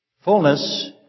Fullness